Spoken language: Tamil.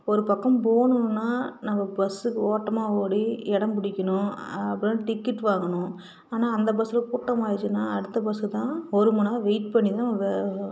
ஒரு பக்கம் போகணுன்னா நம்ம பஸ்ஸுக்கு ஓட்டமாக ஓடி இடம் பிடிக்கணும் அப்புறம் டிக்கெட் வாங்கணும் ஆனால் அந்த பஸ்ஸில் கூட்டமாக இருந்துச்சுன்னா அடுத்த பஸ்ஸு தான் ஒரு மணிநேரம் வெயிட் பண்ணி தான் வே